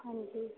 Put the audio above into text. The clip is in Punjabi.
ਹਾਂਜੀ